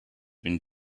been